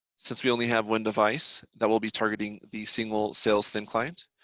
since we only have one device that will be targeting the single sales thin client.